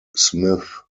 smith